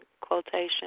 quotation